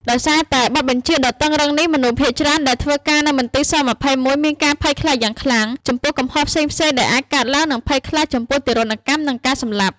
ដោយសារតែបទបញ្ជាដ៏តឹងរ៉ឹងនេះ មនុស្សភាគច្រើនដែលធ្វើការនៅមន្ទីរ ស-២១ មានការភ័យខ្លាចយ៉ាងខ្លាំងចំពោះកំហុសផ្សេងៗដែលអាចកើតឡើង និងភ័យខ្លាចចំពោះទារុណកម្ម និងការសម្លាប់។